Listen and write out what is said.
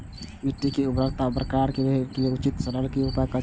मिट्टी के उर्वरकता बरकरार रहे ताहि लेल उचित आर सरल उपाय कथी छे?